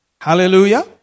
Hallelujah